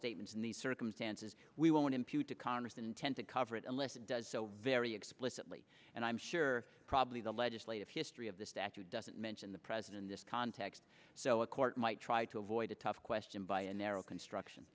statements in these circumstances we won't impute to congress an intent to cover it unless it does so very explicitly and i'm sure probably the legislative history of the statute doesn't mention the president this context so a court might try to avoid a tough question by a narrow construction